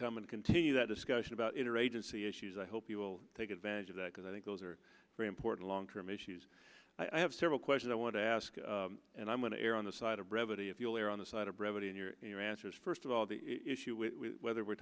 and continue that discussion about interagency issues i hope you will take advantage of that because i think those are very important long term issues i have several questions i want to ask and i'm going to err on the side of brevity if you will err on the side of brevity in your answers first of all the issue we whether we're